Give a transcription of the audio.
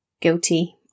guilty